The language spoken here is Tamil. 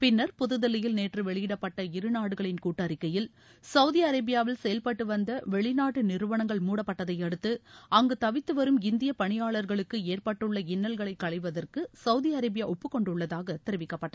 பின்னர் புதுதில்லியில் நேற்று வெளியிடப்பட்ட இருநாடுகளின் கூட்டறிக்கையில் சவுதி அரேபியாவில் செயல்பட்டு வந்த வெளி நாட்டு நிறுவனங்கள் மூடப்பட்டதையடுத்து அங்கு தவித்துவரும் இந்திய பணியாளர்களுக்கு ஏற்பட்டுள்ள இன்னல்களை களைவதற்கு சவுதி அரேபியா ஒப்புக் கொண்டுள்ளதாக தெரிவிக்கப்பட்டது